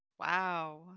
Wow